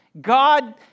God